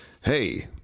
hey